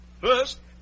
First